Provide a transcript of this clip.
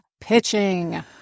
Pitching